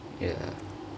ya